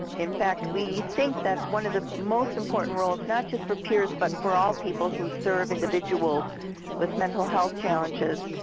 in fact, we think that one of the most important roles not just for peers but for all people who serve individuals with mental health challenges,